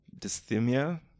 dysthymia